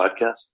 podcast